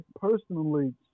personally